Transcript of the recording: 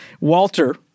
Walter